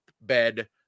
bed